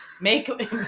make